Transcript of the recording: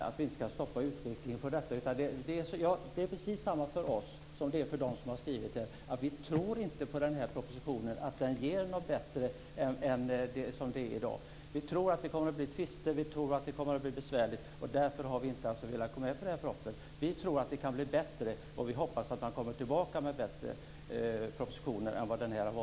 Fru talman! Det är klart att vi inte ska stoppa utvecklingen. Det är precis samma för oss som för dem som har skrivit artikeln, att vi tror inte att propositionen ger något bättre än hur det är i dag. Vi tror att det kommer att bli tvister. Vi tror att det kommer att bli besvärligt. Därför har vi inte velat gå med på denna proposition. Vi tror att det kan bli bättre. Vi hoppas att man kommer tillbaka med bättre propositioner än denna.